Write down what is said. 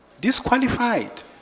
disqualified